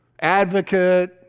advocate